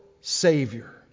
Savior